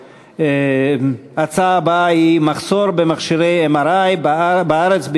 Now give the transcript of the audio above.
הנושא הבא: מחסור במכשירי MRI בארץ,